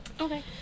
Okay